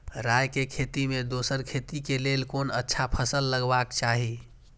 राय के खेती मे दोसर खेती के लेल कोन अच्छा फसल लगवाक चाहिँ?